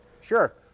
Sure